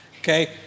Okay